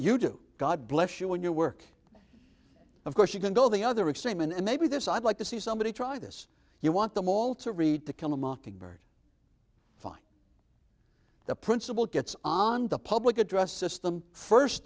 you do god bless you in your work of course you can go the other extreme and maybe this i'd like to see somebody try this you want them all to read to kill a mockingbird find the principal gets on the public address system first